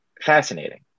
fascinating